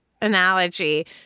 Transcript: analogy